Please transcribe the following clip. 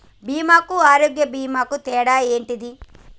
బీమా కు ఆరోగ్య బీమా కు తేడా ఏంటిది?